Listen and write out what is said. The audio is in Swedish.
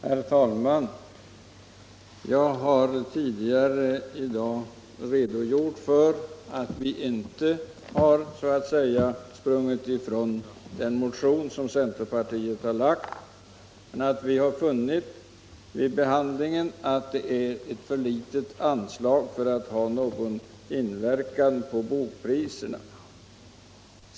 Herr talman! Jag har tidigare i dag redogjort för att vi inte har så att säga sprungit ifrån den motion som centerpartiet har väckt, men vi har funnit vid behandlingen att anslaget är för litet för att det skall ha någon inverkan på bokpriserna.